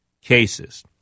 cases